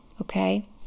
Okay